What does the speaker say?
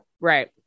Right